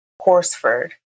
Horsford